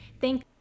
Thank